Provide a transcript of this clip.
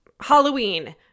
Halloween